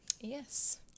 Yes